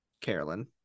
Carolyn